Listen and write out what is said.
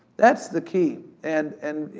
that's the key. and, and